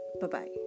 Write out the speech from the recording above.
Bye-bye